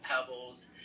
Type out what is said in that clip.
Pebbles